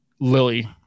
Lily